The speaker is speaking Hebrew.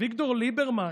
אביגדור ליברמן,